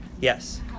Yes